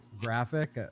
graphic